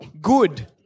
Good